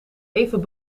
even